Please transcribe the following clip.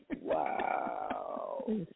Wow